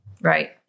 Right